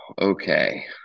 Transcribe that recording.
okay